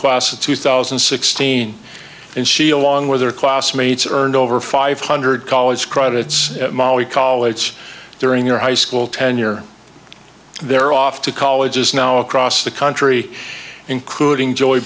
class of two thousand and sixteen and she along with her classmates earned over five hundred college credits molly collets during your high school tenure they're off to colleges now across the country including joy